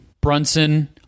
Brunson